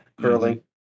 Curling